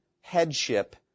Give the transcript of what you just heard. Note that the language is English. headship